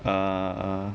err